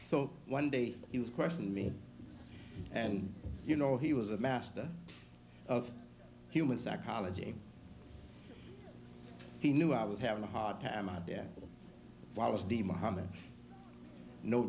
so one day he was questioned me and you know he was a master of human psychology he knew i was having a hard time out there why was the mohammad no